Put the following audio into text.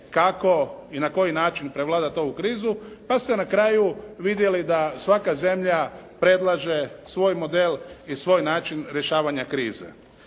kako i na koji način prevladati ovu krizu, pa ste na kraju vidjeli da svaka zemlja predlaže svoj model i svoj način rješavanja krize.